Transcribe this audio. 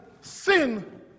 sin